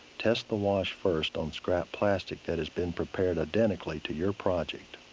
test the wash first on scrap plastic that has been prepared identically to your project.